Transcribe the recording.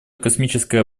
космическое